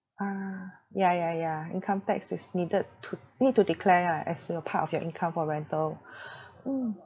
uh ya ya ya income tax is needed to need to declare ah as your part of your income for rental mm